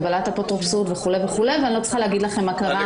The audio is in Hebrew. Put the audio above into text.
הגבלת אפוטרופסות וכלי ואני לא צריכה להגיד לכם מה קרה באותו מקרה.